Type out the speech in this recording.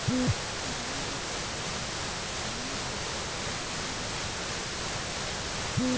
bank के अलावा भी धन का आहरण किसी भी स्तर पर किया जा सकता है